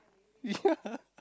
ya